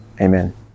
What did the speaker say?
Amen